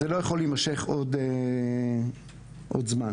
זה לא יכול להימשך עוד זמן.